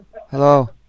Hello